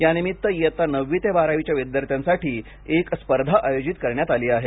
या निमित इयत्ता नववी ते बारावीच्या विद्यार्थ्यांसाठी एक स्पर्धा आयोजित करण्यात आली आहे